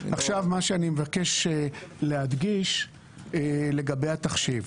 מה שאני מבקש להדגיש לגבי התחשיב: